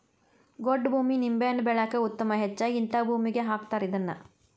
ಗೊಡ್ಡ ಭೂಮಿ ನಿಂಬೆಹಣ್ಣ ಬೆಳ್ಯಾಕ ಉತ್ತಮ ಹೆಚ್ಚಾಗಿ ಹಿಂತಾ ಭೂಮಿಗೆ ಹಾಕತಾರ ಇದ್ನಾ